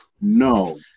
no